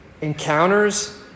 encounters